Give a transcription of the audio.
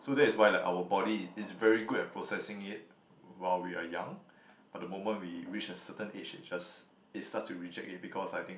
so that is why like our body is is very good at processing it while we are young but the moment we reach a certain age it just it starts to reject it because I think